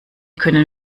können